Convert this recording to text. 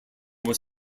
was